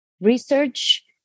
research